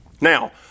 Now